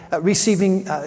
receiving